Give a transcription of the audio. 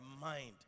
mind